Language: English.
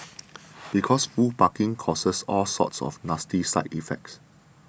because who parking causes all sorts of nasty side effects